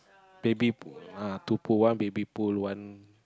baby pool ah two pool one baby pool one